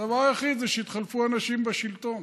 הדבר היחיד הוא שהתחלפו אנשים בשלטון.